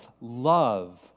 love